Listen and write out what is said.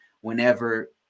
whenever